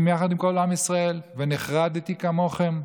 יחד עם כל עם ישראל ונחרדתי כמוכם.